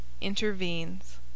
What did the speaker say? INTERVENES